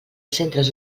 centres